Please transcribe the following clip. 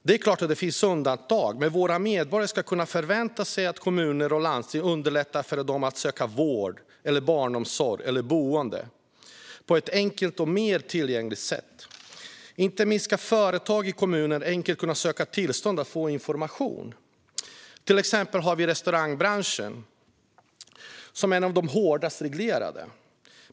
Det finns självklart undantag, men våra medborgare ska kunna förvänta sig att kommuner och landsting underlättar för dem att söka vård, barnomsorg eller boende på ett enkelt och mer tillgängligt sätt. Inte minst ska företag i kommuner enkelt kunna söka tillstånd och få information. Exempelvis är restaurangbranschen en av de branscher som är hårdast reglerade.